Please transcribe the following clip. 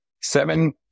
seven